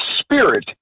spirit